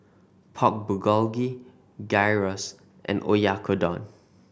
Pork Bulgogi Gyros and Oyakodon